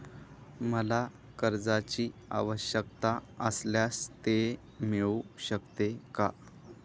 मला कर्जांची आवश्यकता असल्यास ते मिळू शकते का?